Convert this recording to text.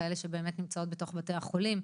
כאלה שבאמת נמצאות בתוך בתי החולים.